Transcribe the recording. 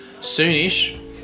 soon-ish